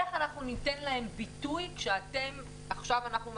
איך אנחנו ניתן להם ביטוי כשעכשיו מה